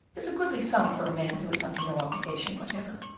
is a goodly sum for a man who is under no obligation whatever.